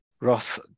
Roth